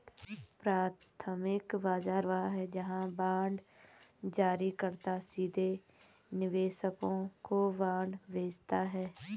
प्राथमिक बाजार वह है जहां बांड जारीकर्ता सीधे निवेशकों को बांड बेचता है